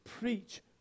preach